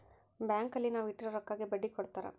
bank ಅಲ್ಲಿ ನಾವ್ ಇಟ್ಟಿರೋ ರೊಕ್ಕಗೆ ಬಡ್ಡಿ ಕೊಡ್ತಾರ